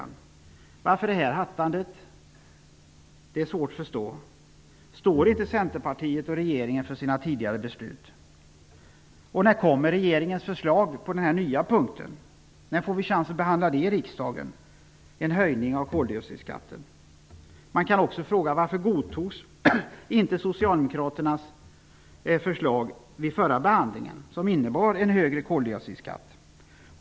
Varför detta hattande? Det är svårt att förstå. Står inte Centerpartiet och regeringen för sina tidigare beslut? När kommer regeringens nya förslag om det här? När får vi en chans att behandla förslaget om en höjning av koldioxidskatten i riksdagen? Man kan också fråga varför Socialdemokraternas förslag inte godtogs vid den förra behandlingen. Det innebar en högre koldioxidskatt.